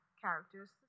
characters